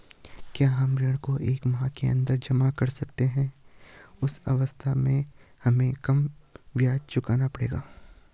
क्या हम ऋण को एक माह के अन्दर जमा कर सकते हैं उस अवस्था में हमें कम ब्याज चुकाना पड़ेगा?